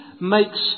makes